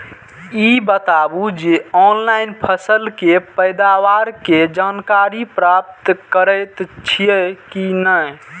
ई बताउ जे ऑनलाइन फसल के पैदावार के जानकारी प्राप्त करेत छिए की नेय?